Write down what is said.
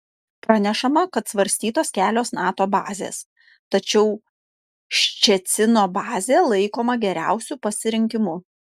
pranešama kad svarstytos kelios nato bazės tačiau ščecino bazė laikoma geriausiu pasirinkimu